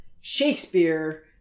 Shakespeare